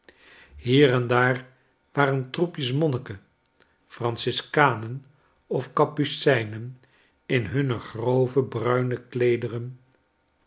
hier en daar waren troepjes monniken franciskanen of kapucijnen in hunne grove bruine